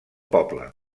poble